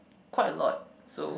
quite a lot so